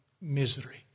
misery